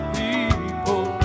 people